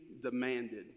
demanded